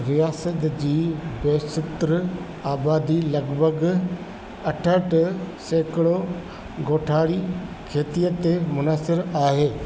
रियासत जी बेशितर आबादी लॻभॻि अठहठि सेकड़ो ॻोठाणी खेतीअ ते मुनासिरु आहे